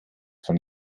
von